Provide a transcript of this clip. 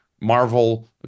Marvel